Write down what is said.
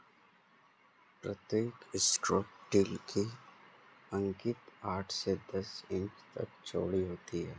प्रतीक strip till की पंक्ति आठ से दस इंच तक चौड़ी होती है